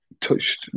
touched